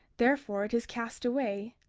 therefore it is cast away.